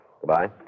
Goodbye